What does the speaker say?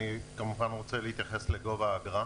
אני רוצה להתייחס לגובה האגרה.